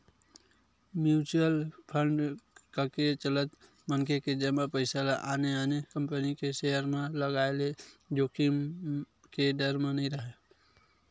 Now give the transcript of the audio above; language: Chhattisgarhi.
म्युचुअल फंड कके चलत मनखे के जमा पइसा ल आने आने कंपनी के सेयर म लगाय ले जोखिम के डर नइ राहय